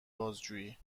بازجویی